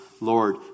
Lord